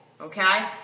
Okay